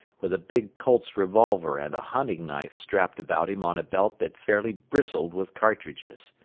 with a big colt's revolver and a hunting-knife strapped about him on a belt that fairly bristled with cartridges.